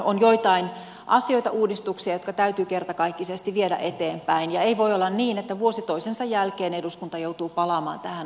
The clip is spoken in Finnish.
on joitain asioita ja uudistuksia jotka täytyy kertakaikkisesti viedä eteenpäin ja ei voi olla niin että vuosi toisensa jälkeen eduskunta joutuu palaamaan tähän asiaan